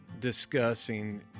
discussing